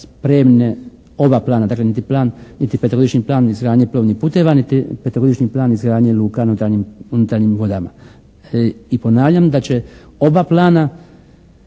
spremne oba plana, dakle niti plan, niti petogodišnji plan izgradnje plovnih puteva niti petogodišnji plan izgradnje luka na unutarnjim vodama. I ponavljam da će oba plana